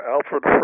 Alfred